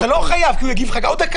אתה לא חייב, כי הוא יגיב לך בעוד דקה.